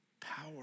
Power